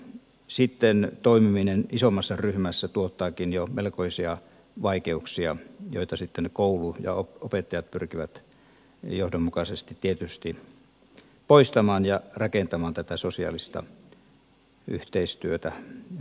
sitten toimiminen isommassa ryhmässä tuottaakin jo melkoisia vaikeuksia joita sitten koulu ja opettajat pyrkivät johdonmukaisesti tietysti poistamaan ja rakentamaan tätä sosiaalista yhteistyötä verkostoa